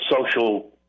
social